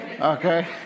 Okay